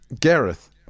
Gareth